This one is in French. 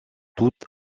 toutes